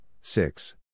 six